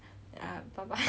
新年快乐